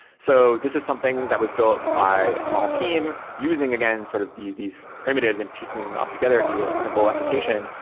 so this is something that was built by a small team using, again, sort of these these primitives and piecing it up together and do a simple application.